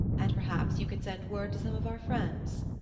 and perhaps you could send word to some of our friends.